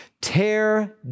Tear